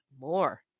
more